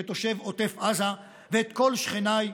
כתושב עוטף עזה, ואת כל שכניי,